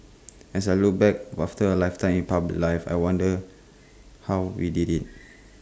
as I look back after A lifetime in public life I wonder how we did IT